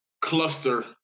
cluster